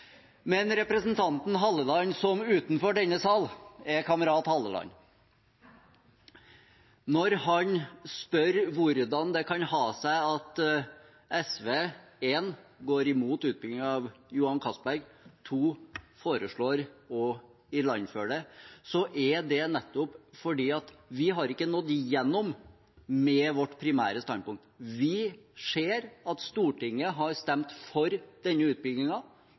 Men representanten Halleland, som utenfor denne sal er kamerat Halleland, spør hvordan det kan ha seg at SV 1) går imot utbygging av Johan Castberg og 2) foreslår å ilandføre det. Det er nettopp fordi vi ikke har nådd gjennom med vårt primære standpunkt. Vi ser at Stortinget har stemt for denne